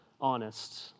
honest